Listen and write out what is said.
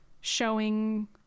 showing